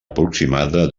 aproximada